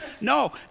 No